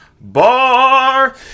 Bar